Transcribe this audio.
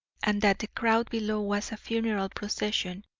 and that the crowd below was a funeral procession,